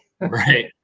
Right